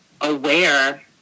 aware